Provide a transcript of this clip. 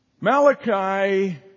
Malachi